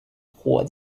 火箭